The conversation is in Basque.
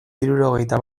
hirurogeita